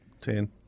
Ten